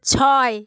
ছয়